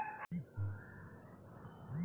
লকরা যখল চাষ ক্যরে জ্যমিতে মদ চাষ ক্যরে